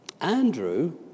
Andrew